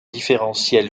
différentielle